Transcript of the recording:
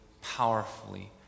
powerfully